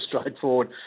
straightforward